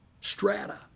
strata